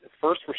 first